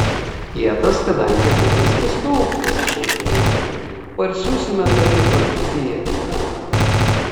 kietas kadangi būna skystų pasišaipė eiva parsiųsime tave į prancūziją tikrą anglą